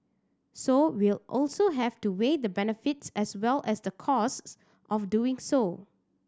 so we'll also have to weigh the benefits as well as the costs of doing so